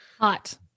hot